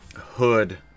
hood